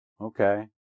Okay